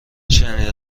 شنیده